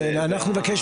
אני מבקש